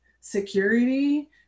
security